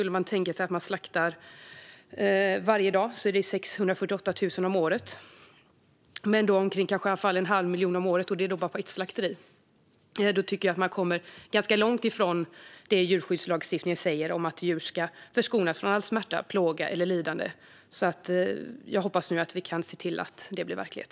Om man slaktar varje dag är det 648 000 om året eller i alla fall kring en halv miljon om året, och det är då bara på ett slakteri. Då tycker jag att man kommer ganska långt från det djurskyddslagstiftningen säger om att djur ska förskonas från all smärta, plåga eller lidande. Jag hoppas att vi nu kan se till att det blir verklighet.